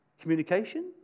communication